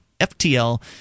ftl